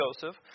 Joseph